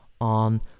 on